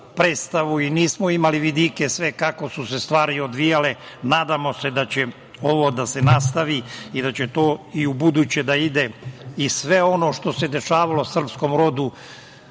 i nismo imali vidike sve kako su se stvari odvijale. Nadamo se da će ovo da se nastavi i da će to i u buduće da ide i sve ono što se dešavalo srpskom rodu,